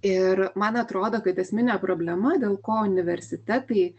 ir man atrodo kad esminė problema dėl ko universitetai